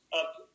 Up